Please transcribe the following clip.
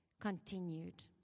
continued